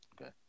Okay